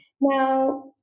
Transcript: Now